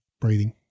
breathing